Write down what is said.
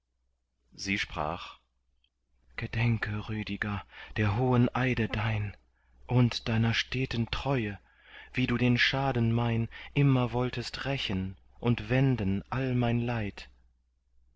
sie sprach gedenke rüdiger der hohen eide dein von deiner steten treue wie du den schaden mein immer wolltest rächen und wenden all mein leid